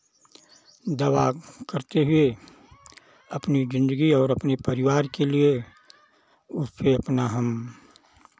दवा करते हुए अपनी ज़िंदगी और अपने परिवार के लिए उस से अपना हम